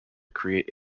create